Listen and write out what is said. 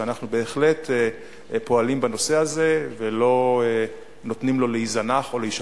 ואנחנו בהחלט פועלים בנושא הזה ולא נותנים לו להיזנח או להישכח.